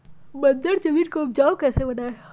बंजर जमीन को उपजाऊ कैसे बनाय?